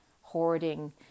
hoarding